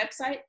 website